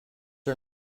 are